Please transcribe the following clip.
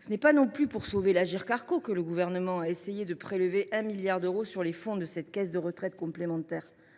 Ce n’est pas non plus pour sauver l’Agirc Arrco que le Gouvernement a essayé de prélever un milliard d’euros sur les fonds de cette caisse de retraite complémentaire